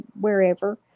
wherever